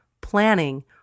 planning